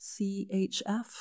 CHF